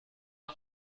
que